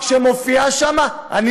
לא